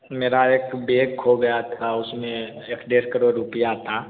मेरा एक बेग खो गया था उसमें एक डेढ़ करोड़ रुपया था